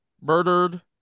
murdered